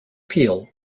peel